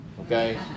okay